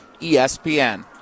ESPN